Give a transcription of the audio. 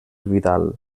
vidal